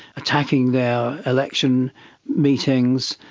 attacking their election meetings,